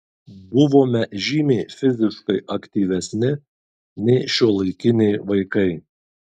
buvome žymiai fiziškai aktyvesni nei šiuolaikiniai vaikai